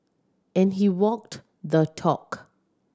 and he walked the talk